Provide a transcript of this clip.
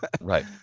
Right